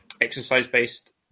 exercise-based